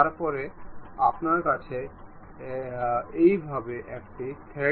তারপরে আপনার কাছে এইভাবে একটি থ্রেড থাকবে